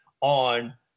on